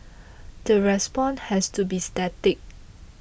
the response has to be static